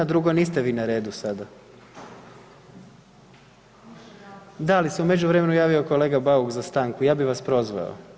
Drugo, niste vi na redu sada … [[Upadica iz klupe se ne čuje]] Da, ali se u međuvremenu javio kolega Bauk za stanku, ja bi vas prozvao.